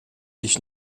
ich